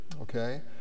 okay